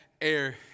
air